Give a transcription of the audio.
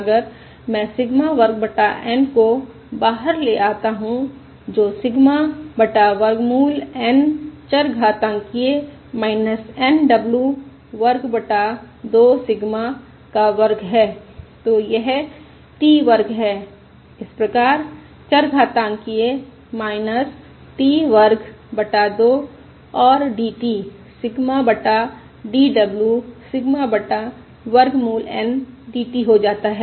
अगर मैं सिग्मा वर्ग बटा N को बाहर ले आता हूँ जो सिग्मा बटा वर्गमूल N चरघातांकिय़ Nw वर्ग बटा 2 सिग्मा का वर्ग है तो यह t वर्ग है इसप्रकार चरघातांकिय़ t वर्ग बटा 2 और dt सिग्मा बटा d w सिग्मा बटा वर्गमूल N dt हो जाता है